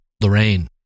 Lorraine